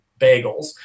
bagels